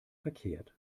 verkehrt